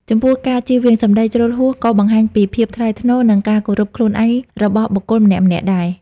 ចំពោះការចៀសវាង សម្ដីជ្រុលហួស ក៏បង្ហាញពី ភាពថ្លៃថ្នូរ និង ការគោរពខ្លួនឯង របស់បុគ្គលម្នាក់ៗដែរ។